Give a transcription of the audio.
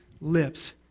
lips